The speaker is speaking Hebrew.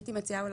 הייתי מציעה,